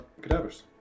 cadavers